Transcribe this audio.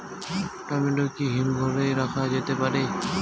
Tomato কি হিমঘর এ রাখা যেতে পারে?